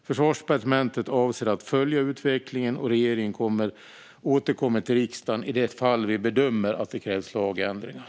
Försvarsdepartementet avser att följa utvecklingen, och regeringen återkommer till riksdagen i det fall vi bedömer att det krävs lagändringar.